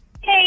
Hey